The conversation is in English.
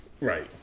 Right